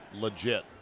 legit